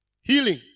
Healing